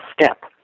step